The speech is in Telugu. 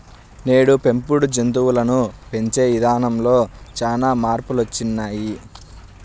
నేడు పెంపుడు జంతువులను పెంచే ఇదానంలో చానా మార్పులొచ్చినియ్యి